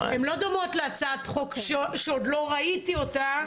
הן לא דומות להצעת החוק שעוד לא ראיתי אותה,